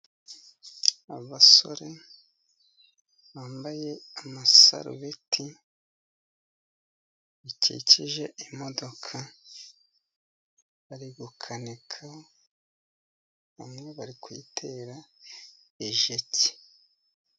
Abasore bambaye amasarubiti, bakikije imodoka, bari gukanika, bamwe bari kuyitera ijeke.